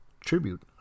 tribute